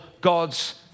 God's